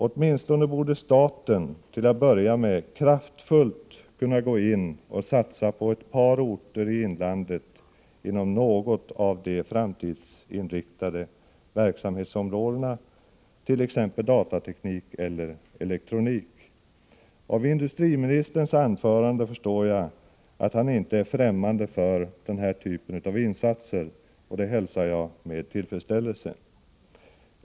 Åtminstone borde staten till att börja med kraftfullt kunna gå in och satsa på ett par orter i inlandet inom något av de framtidsinriktade verksamhetsområdena, t.ex. datateknik eller elektronik. Av industriministerns anförande förstår jag att han inte är ffrämmande för den här typen av insatser, och det hälsar jag med tillfredsställelse.